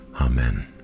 Amen